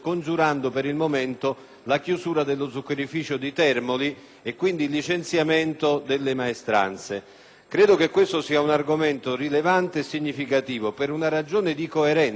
ed il licenziamento delle maestranze. E[]un argomento rilevante e significativo. Per una ragione di coerenza rispetto agli impegni che ieri il Governo ha assunto di fronte